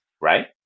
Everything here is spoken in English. right